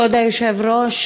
כבוד היושב-ראש,